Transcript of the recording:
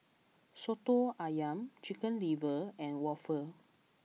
Soto Ayam Chicken Liver and Waffle